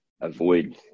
avoid